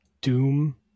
Doom